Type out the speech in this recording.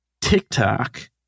TikTok